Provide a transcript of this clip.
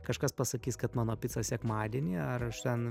kažkas pasakys kad mano pica sekmadienį ar aš ten